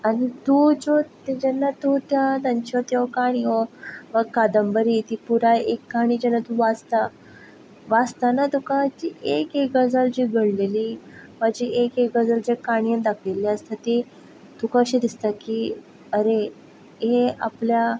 आनी तूं ज्यो आनी तूं जेन्ना तेंच्यो त्यो काणयो वा कादंबरी ती पुराय एक काणी जेन्ना तूं वाचता वाचतना तुका ती एक एक गजाल जी घडलेली वा जी एक एक गजाल त्या काणयेन दाखयल्ली आसता ती तुका अशें दिसता की आरे हें आपल्याक